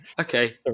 okay